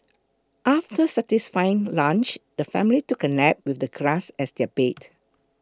after satisfying lunch the family took a nap with the grass as their bed